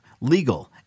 legal